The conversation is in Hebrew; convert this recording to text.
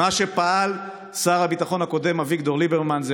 מה שפעל שר הביטחון הקודם אביגדור ליברמן זה